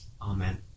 Amen